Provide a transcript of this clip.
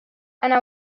أنا